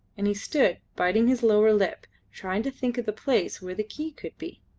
and he stood biting his lower lip, trying to think of the place where the key could be.